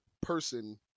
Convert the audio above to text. person